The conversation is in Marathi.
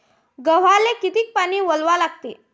गव्हाले किती पानी वलवा लागते?